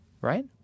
Right